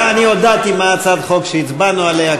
הודעתי מה הצעת החוק שהצבענו עליה,